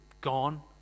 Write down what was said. gone